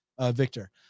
Victor